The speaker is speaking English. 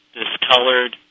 discolored